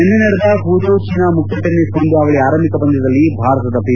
ನಿನ್ನೆ ನಡೆದ Fuzhou China ಮುಕ್ತ ಟೆನ್ನಿಸ್ ಪಂದ್ವಾವಳಿ ಆರಂಭಿಕ ಪಂದ್ಯದಲ್ಲಿ ಭಾರತದ ಪಿ